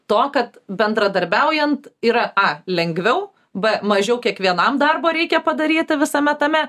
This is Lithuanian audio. to kad bendradarbiaujant yra a lengviau b mažiau kiekvienam darbo reikia padaryti visame tame